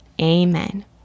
Amen